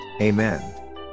Amen